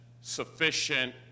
sufficient